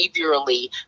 behaviorally